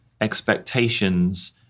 expectations